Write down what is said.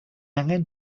angen